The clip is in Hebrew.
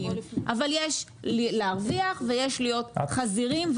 אבל יש להרוויח ויש להיות חזירים.